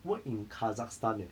work in kazakhstan eh